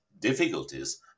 difficulties